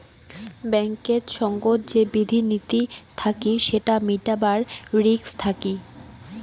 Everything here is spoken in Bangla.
ব্যাঙ্কেত সঙ্গত যে বিধি নীতি থাকি সেটা মিটাবার রিস্ক থাকি